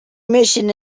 mission